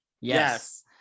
yes